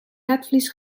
netvlies